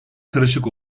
karışık